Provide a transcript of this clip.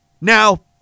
Now